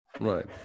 Right